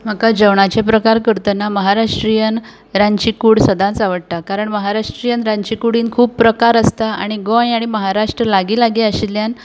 म्हाका जेवणाचें प्रकार करतना म्हाका महाराष्ट्रियन रांदची कूड सदांच आवडटा कारण महाराष्ट्रियन रांदचे कुडींत खूब प्रकार आसता आनी गोंय आनी महाराष्ट्र लागीं लागीं आशिल्ल्यान